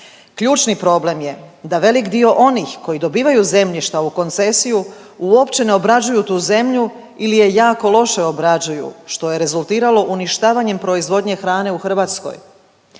Ključni problem je da velik dio onih koji dobivaju zemljišta u koncesiju uopće ne obrađuju tu zemlju ili ju jako loše obrađuju što je rezultiralo uništavanjem proizvodnje hrane u Hrvatskoj.